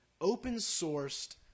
open-sourced